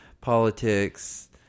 politics